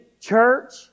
church